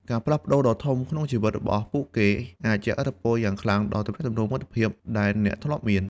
ការផ្លាស់ប្តូរដ៏ធំក្នុងជីវិតរបស់ពួកគេអាចជះឥទ្ធិពលយ៉ាងខ្លាំងដល់ទំនាក់ទំនងមិត្តភាព ដែលអ្នកធ្លាប់មាន។